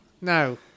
No